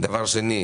שנית,